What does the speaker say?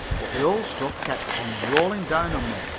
but the old stuff kept on rolling down on me,